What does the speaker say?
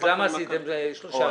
למה עשיתם שלושה רבעונים?